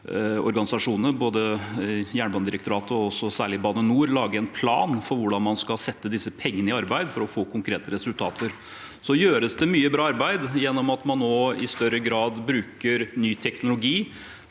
jernbaneorganisasjonene, både Jernbanedirektoratet og særlig Bane NOR, om å lage en plan for hvordan man skal sette disse pengene i arbeid for å få konkrete resultater. Så gjøres det mye bra arbeid gjennom at man nå i større grad bruker ny teknologi